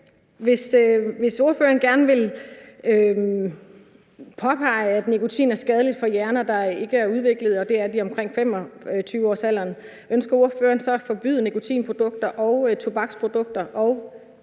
hvis ordføreren gerne vil påpege, at nikotin er skadeligt for hjerner, der ikke er udviklet – det er de omkring 25-årsalderen – ønsker ordføreren så at forbyde nikotinprodukter, f.eks.